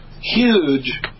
huge